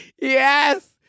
Yes